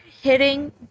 hitting